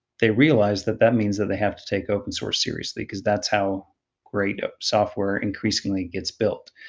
they realized that that means that they have to take open source seriously, because that's how great software increasingly gets built.